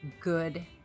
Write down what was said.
good